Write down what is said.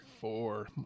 Four